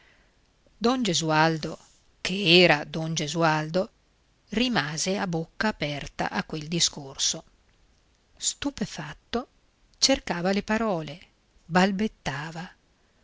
don gesualdo che era don gesualdo rimase a bocca aperta a quel discorso stupefatto cercava le parole balbettava